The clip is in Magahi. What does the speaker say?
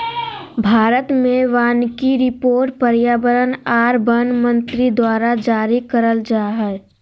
भारत मे वानिकी रिपोर्ट पर्यावरण आर वन मंत्री द्वारा जारी करल जा हय